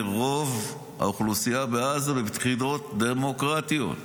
רוב האוכלוסייה בעזה בבחירות דמוקרטיות.